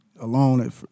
alone